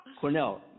Cornell